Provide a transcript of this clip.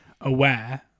aware